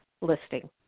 listing